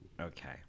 Okay